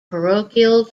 parochial